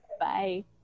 bye